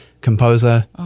composer